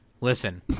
Listen